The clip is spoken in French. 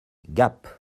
gap